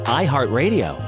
iHeartRadio